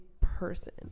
person